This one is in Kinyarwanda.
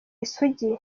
isugi